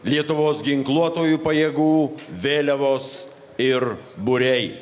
lietuvos ginkluotųjų pajėgų vėliavos ir būriai